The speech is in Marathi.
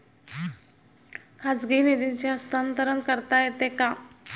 खाजगी निधीचे हस्तांतरण करता येते का?